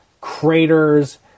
craters